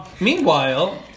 Meanwhile